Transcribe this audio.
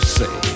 say